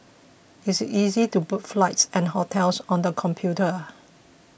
it is easy to book flights and hotels on the computer